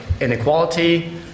inequality